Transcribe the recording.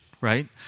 right